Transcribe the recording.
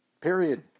Period